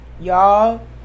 y'all